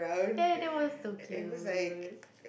that that was so cute